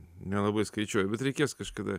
nelabai skaičiuoju bet reikės kažkada